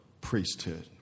priesthood